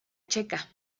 checa